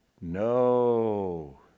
No